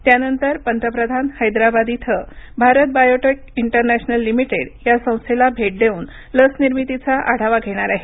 त्यानंतर पंतप्रधान हैदराबाद इथं भारत बायोटेक इंटरनॅशनल लिमिटेड या संस्थेला भेट देऊन लस निर्मितीचा आढावा घेणार आहेत